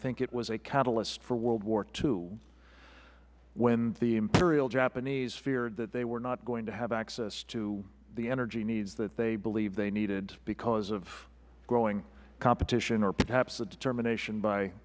think it was a catalyst for world war ii when the imperial japanese feared that they were not going to have access to the energy needs that they believed they needed because of growing competition or perhaps a determination by